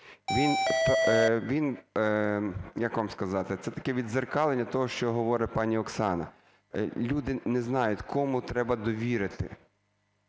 він… як вам сказали, це таке віддзеркалення того, що говорить пана Оксана. Люди не знають, кому треба довірити